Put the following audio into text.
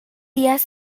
días